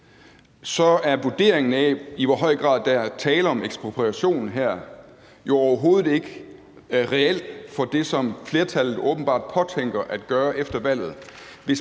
er vurderingen af, i hvor høj grad der er tale om ekspropriation her, jo overhovedet ikke reel i forhold til det, som flertallet åbenbart påtænker at gøre efter valget.